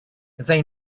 they